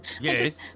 Yes